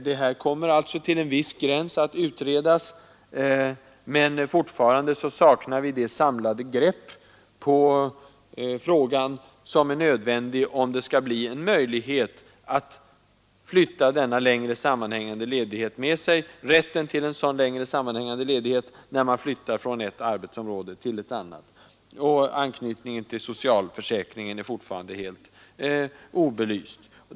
Detta kommer nu att utredas i viss utsträckning, men fortfarande saknar vi det samlade grepp som är nödvändigt om det skall bli möjligt att ta med sig rätten till en längre sammanhängande ledighet när man flyttar från ett arbetsområde till ett annat, och anknytningen till socialförsäkringen blir fortfarande inte belyst.